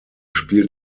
spielt